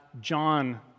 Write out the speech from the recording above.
John